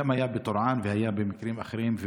שהיה גם בטורעאן וגם במקרים אחרים,